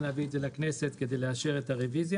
להביא את זה לכנסת כדי לאשר את הרביזיה.